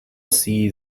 see